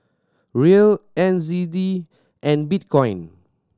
Riel N Z D and Bitcoin